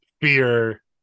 fear